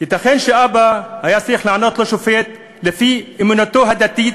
ייתכן שאבא היה צריך לענות לשופט לפי אמונתו הדתית: